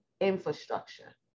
infrastructure